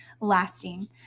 lasting